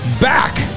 back